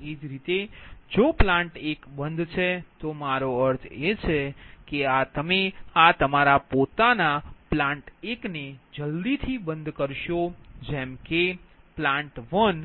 એ જ રીતે જો પ્લાન્ટ 1 બંધ છે તો મારો અર્થ એ છે કે આ તમે આ તમારા પોતાના પ્લાન્ટ 1 ને જલ્દીથી બંધ કરશો જેમ કે પ્લાન્ટ વન